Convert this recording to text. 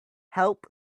help